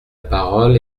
parole